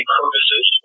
purposes